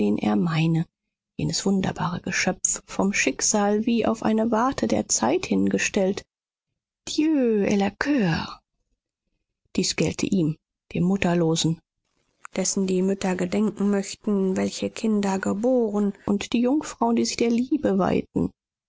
er meine jenes wunderbare geschöpf vom schicksal wie auf eine warte der zeit hingestellt dieu et le cur dies gelte ihm dem mutterlosen dessen die mütter gedenken möchten welche kinder geboren und die jungfrauen die sich der liebe weihten